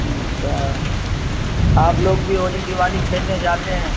اچھا آپ لوگ بھی ہولی دیوالی کھیلنے جاتے ہیں